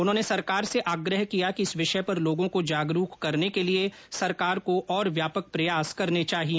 उन्होंने सरकार से आग्रह किया कि इस विषय पर लोगों को जागरूक करने के लिए सरकार को और व्यापक प्रयास करने चाहिए